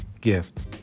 gift